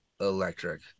Electric